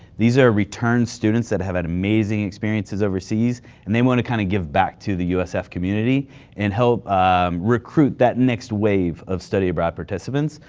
these are return students that have had amazing experiences overseas and they want to kind of give back to the usf community and help recruit that next wave of study abroad participants,